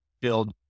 build